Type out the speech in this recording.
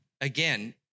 Again